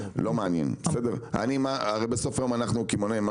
הרי בסוף היום אנחנו קמעונאים,